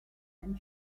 and